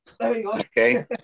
okay